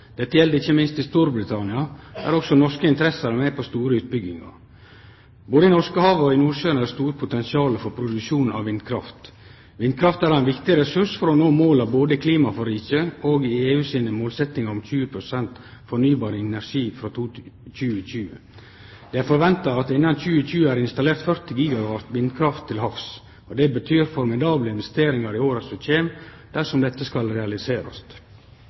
Dette gjeld ikkje minst i Storbritannia der òg norske interesser er med på store utbyggingar. Både i Norskehavet og i Nordsjøen er det eit stort potensial for produksjon av vindkraft. Vindkraft er ein viktig ressurs for å nå måla både i klimaforliket og i EU sine målsettingar om 20 pst. fornybar energi frå 2020. Det er forventa at det innan 2020 er installert 40 GW vindkraft til havs, og det betyr formidable investeringar i åra som kjem dersom dette skal realiserast.